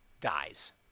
dies